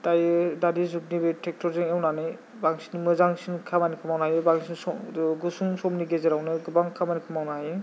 दायो दानि जुगनि बि ट्रेक्टरजों एवनानै बांसिन मोजांसिन खामानिखौ मावनो हायो बांसिन सम गुसुं समनि गेजेरावनो गोबां खामानिखौ मावनो हायो